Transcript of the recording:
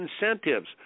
incentives